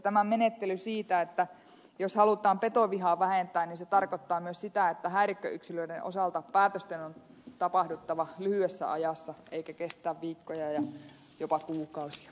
tämä menettely että jos halutaan petovihaa vähentää tarkoittaa myös sitä että häirikköyksilöiden osalta päätösten on tapahduttava lyhyessä ajassa eikä se saa kestää viikkoja ja jopa kuukausia